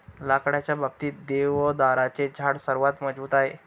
लाकडाच्या बाबतीत, देवदाराचे झाड सर्वात मजबूत आहे